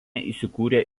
įsikūrė